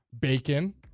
bacon